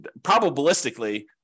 probabilistically